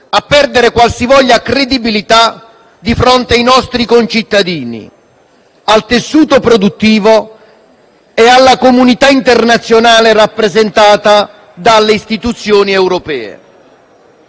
a perdere qualsivoglia credibilità di fronte ai nostri concittadini, al tessuto produttivo e alla comunità internazionale rappresentata dalle istituzioni europee.